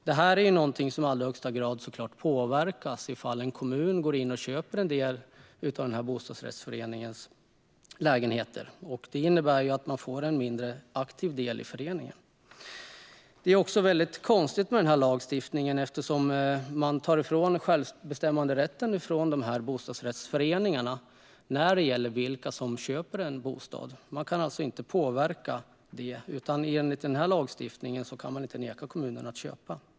Det här är såklart någonting som i allra högsta grad påverkas ifall en kommun går in och köper en del av bostadsrättsföreningens lägenheter. Det innebär att man får en mindre aktiv del i föreningen. Något som är väldigt konstigt med den här lagstiftningen är att man tar ifrån bostadsrättsföreningarna självbestämmanderätten när det gäller vilka som köper en bostad. Man kan alltså inte påverka det; enligt den här lagstiftningen kan man inte neka kommunerna att köpa.